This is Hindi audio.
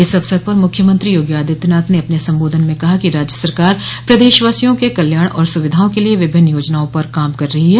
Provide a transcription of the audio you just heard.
इस अवसर पर मुख्यमंत्री योगी आदित्यनाथ ने अपने संबोधन में कहा कि राज्य सरकार प्रदेशवासियों के कल्याण और सुविधाओं के लिए विभिन्न योजनाओं पर काम कर रही है